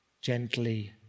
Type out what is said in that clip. gently